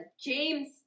James